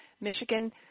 Michigan